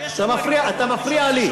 אתה מפריע לי,